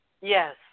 Yes